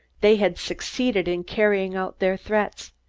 they had succeeded in carrying out their threats,